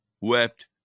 wept